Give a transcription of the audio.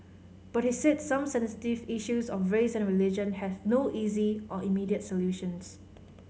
but he said some sensitive issues of race and religion has no easy or immediate solutions